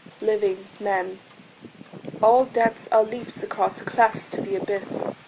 living men all deaths are leaps across clefts to the abyss.